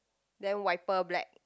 then wiper black